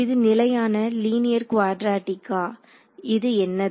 இது நிலையான லீனியர் குவாட்ரேடிக்கா இது என்னது